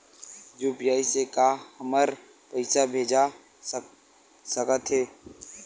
UPI से का हमर पईसा भेजा सकत हे?